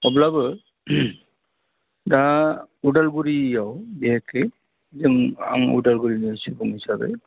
अब्लाबो दा अदालगुरियाव बिखेखकै जों आं अदालगुरिनि सुबुं हिसाबै